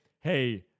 hey